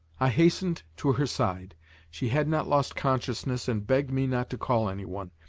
i hastened to her side she had not lost consciousness and begged me not to call any one.